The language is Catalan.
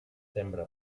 sembra